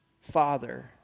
Father